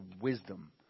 wisdom